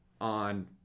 on